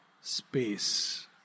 space